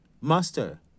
Master